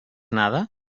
nada